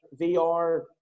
vr